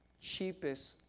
cheapest